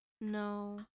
No